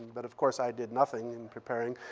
but of course, i did nothing in preparing.